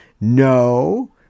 No